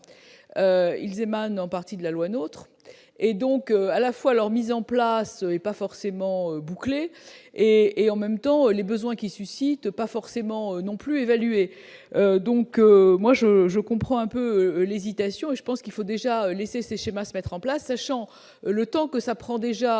Ils émanent en partie de la loi notre et donc à la fois leur mise en place et pas forcément bouclée et et en même temps les besoins qui suscite pas forcément non plus évalué, donc moi je je comprends un peu l'hésitation et je pense qu'il faut déjà laissé ces schémas se mettre en place, sachant le temps que ça prend déjà